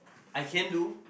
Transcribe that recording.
I can do